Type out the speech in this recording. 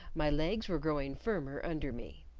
my legs were growing firmer under me.